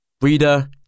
Reader